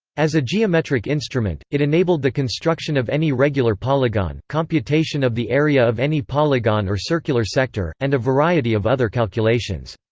as a geometric instrument, it enabled the construction of any regular polygon, computation of the area of any polygon or circular sector, and a variety of other calculations.